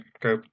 go